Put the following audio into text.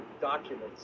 documents